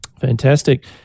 Fantastic